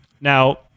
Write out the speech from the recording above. Now